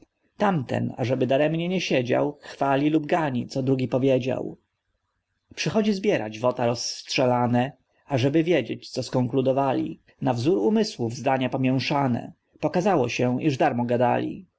tamten ażeby daremnie nie siedział chwali lub gani co drugi powiedział przychodzi zbierać wota rozstrzelane ażeby wiedzieć co skonkludowali na wzór umysłów zdania pomięszane pokazało się iż darmo gadali